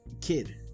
kid